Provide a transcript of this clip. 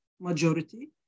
majority